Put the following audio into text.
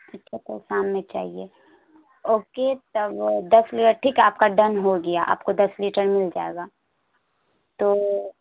ٹھیک ہے تو شام میں چاہیے اوکے تب دس بجے ٹھیک ہے آپ کا ڈن ہو گیا آپ کو دس لیٹر مل جائے گا تو